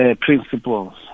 principles